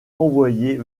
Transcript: envoyés